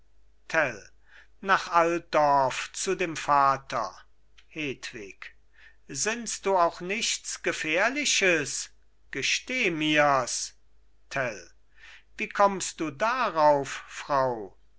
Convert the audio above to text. nach altdorf zu dem vater hedwig sinnst du auch nichts gefährliches gesteh mir's tell wie kommst du darauf frau